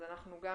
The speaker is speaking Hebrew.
אנחנו גם